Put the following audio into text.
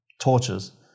torches